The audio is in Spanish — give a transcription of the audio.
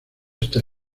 esta